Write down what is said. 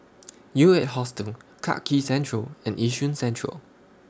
U eight Hostel Clarke Quay Central and Yishun Central